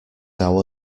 our